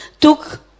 took